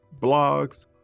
blogs